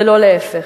ולא להיפך.